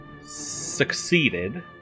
succeeded